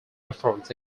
efforts